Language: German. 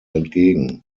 entgegen